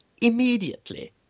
immediately